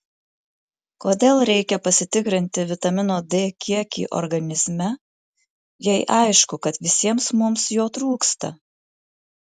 kodėl reikia pasitikrinti vitamino d kiekį organizme jei aišku kad visiems mums jo trūksta